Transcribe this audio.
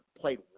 played